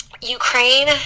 Ukraine